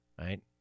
right